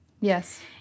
Yes